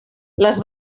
les